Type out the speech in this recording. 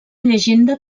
llegenda